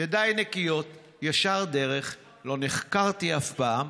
ידיי נקיות, ישר דרך, לא נחקרתי אף פעם,